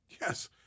Yes